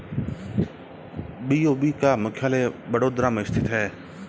BOB का मुख्यालय बड़ोदरा में स्थित है